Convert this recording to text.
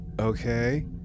okay